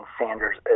Sanders